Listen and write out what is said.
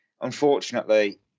Unfortunately